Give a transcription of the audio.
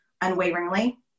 unwaveringly